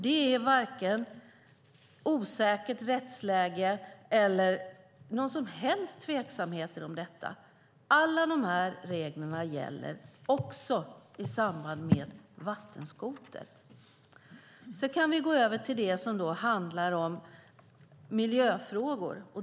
Det är varken ett osäkert rättsläge eller några som helst tveksamheter om detta. Alla dessa regler gäller också i fråga om vattenskotrar. Sedan kan vi gå över till det som handlar om miljöfrågor.